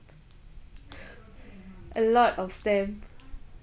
a lot of stamp